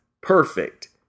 perfect